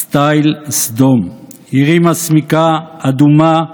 סטייל סדום / עירי מסמיקה, אדומה,